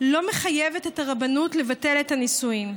לא מחייבת את הרבנות לבטל את הנישואים.